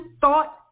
thought